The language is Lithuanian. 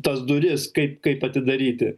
tas duris kaip kaip atidaryti